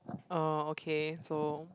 oh okay so